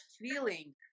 feeling